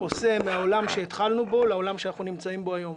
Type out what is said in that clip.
בו התחלנו לעלם בו אנחנו נמצאים היום.